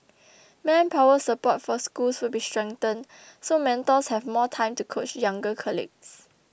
manpower support for schools will be strengthened so mentors have more time to coach younger colleagues